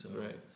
Right